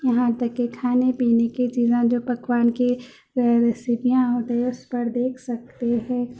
یہاں تک کہ کھانے پینے کے چیزیں جو پکوان کی ریسیپیاں ہوتیں اس پر دیکھ سکتے ہیں